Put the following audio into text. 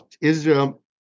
Israel